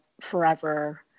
forever